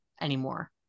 anymore